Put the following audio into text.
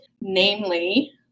namely